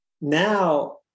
Now